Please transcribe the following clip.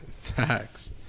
facts